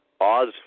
Oz